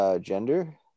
gender